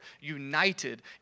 united